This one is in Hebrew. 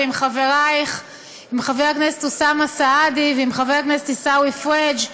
עם חברייך חבר הכנסת אוסאמה סעדי וחבר הכנסת עיסאווי פריג'